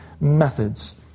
methods